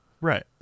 Right